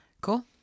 Cool